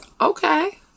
Okay